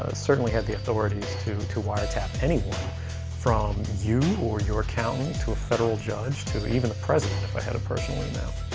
ah certainly have the authorities to to wiretap anyone from you or your accountant to a federal judge to even a president if i had a personal email.